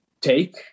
take